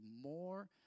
more